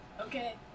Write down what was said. Okay